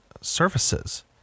services